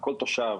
לכל תושב